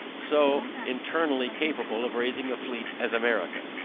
so internally capable of raising a fleet as america.